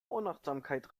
unachtsamkeit